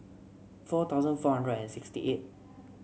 four thousand four and sixty eight